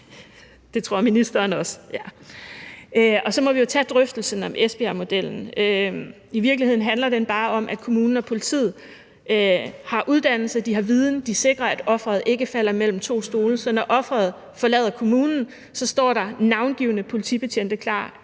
det tror ministeren også, ja. Og så må vi jo tage drøftelsen om Esbjergmodellen. I virkeligheden handler den bare om, at kommunen og politiet har uddannelse, at de har viden, at de sikrer, at offeret ikke falder ned mellem to stole. Så når offeret forlader kommunen, står der navngivne politibetjente klar